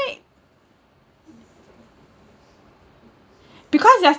because yesterday